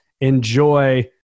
enjoy